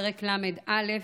פרק ל"א,